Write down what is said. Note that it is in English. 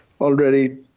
already